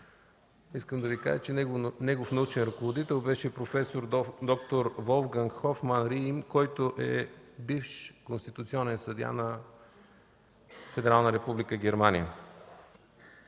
Искам да Ви кажа, че негов научен ръководител беше проф. д-р Волфганг Хофман-Рием, който е бивш конституционен съдия на Федерална република Германия.